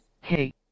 hey